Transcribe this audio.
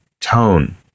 tone